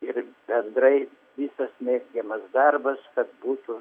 ir bendrai visos dienos darbas kad būtų